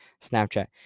Snapchat